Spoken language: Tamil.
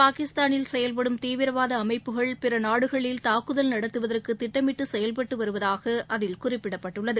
பாகிஸ்தானில் செயல்படும் தீவிரவாத அமைப்புகள் பிற நாடுகளில் தாக்குதல் நடத்துவதற்கு திட்டமிட்டு செயல்பட்டு வருவதாக அதில் குறிப்பிடப்பட்டுள்ளது